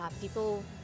People